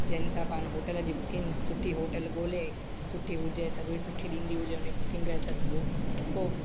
जंहिंसां पाण होटल जी बुकिंग सुठी होटल ॻोल्हे सुठी हुजे सर्विस सुठी ॾींदी हुजे हुन ई बुकिंग करे था सघूं पोइ